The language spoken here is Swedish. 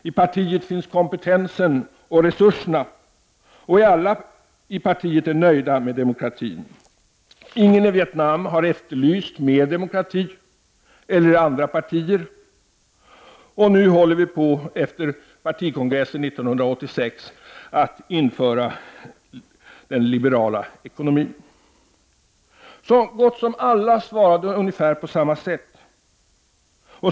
I partiet finns kompetensen och resurserna, och alla i partiet är nöjda med demokratin. Ingen i Vietnam har efterlyst mer demokrati eller andra partier. Och nu håller vi på, efter partikongressens beslut 1986, att införa den liberala ekonomin. Så gott som alla svarade ungefär på samma sätt.